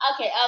Okay